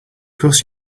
course